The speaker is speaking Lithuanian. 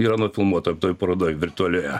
yra nufilmuota toj parodoj virtualioje